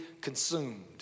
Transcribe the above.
consumed